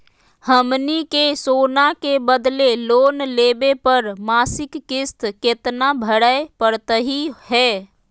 हमनी के सोना के बदले लोन लेवे पर मासिक किस्त केतना भरै परतही हे?